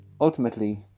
ultimately